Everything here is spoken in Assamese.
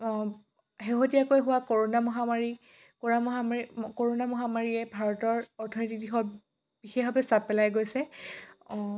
শেহতীয়াকৈ হোৱা কৰোণা মহামাৰী কৰোণা মহামাৰীয়ে ভাৰতৰ অৰ্থনৈতিক দিশত বিশেষভাৱে চাপ পেলাই গৈছে